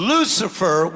Lucifer